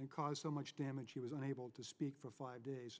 and caused so much damage he was unable to speak for five days